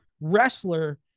wrestler